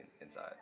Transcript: inside